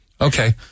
Okay